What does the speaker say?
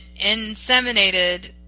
inseminated